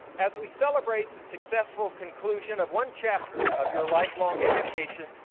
as we celebrate the successful conclusion of one chapter of your lifelong education,